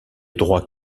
droit